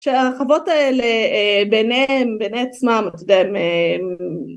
שההרחבות האלה ביניהם, ביני עצמם, אתה יודע